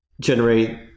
generate